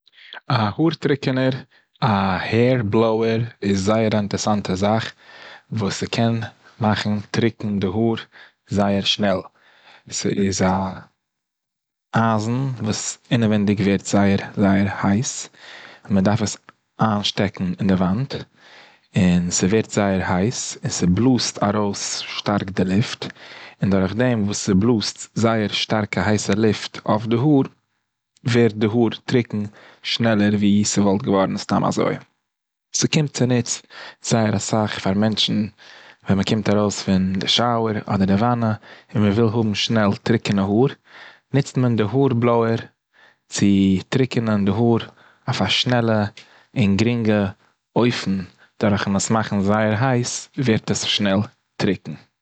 א האר טריקענער, א העיר בלאויער, איז זייער א אינטערעסאנטע זאך, וואס ס'קען מאכן טרוקן די האר זייער שנעל. ס'איז א אייזן וואס אינעווייניג ווערט זייער זייער הייס, און מ'דארף עס איינשטעקן אין די וואנט, און ס'ווערט זייער הייס, און ס'בלאזט ארויס שטארק די ליפט און דורכדעם וואס ס'בלאזט זייער שטארקע הייסע ליפט אויף די האר ווערט די האר טרוקן שנעלער ווי ס'וואלט געווארן סתם אזוי. ס'קומט צוניץ זייער אסאך פאר מענטשן ווען מ'קומט ארויס פון די שאוער אדער די וואנע און מ'וויל האבן שנעל טריקענע האר, נוצט מען די האר בלאויער צו טריקענען די האר דורך א שנעלע און גריגע אופן דורך עס מאכן זייער הייס ווערט עס שנעל און גרינג טרוקן.